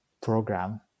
program